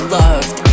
loved